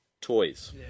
toys